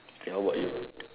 okay how about you